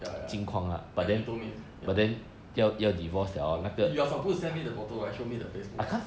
ya ya ya you told me ya you're suppose to send me the photo right show me the facebook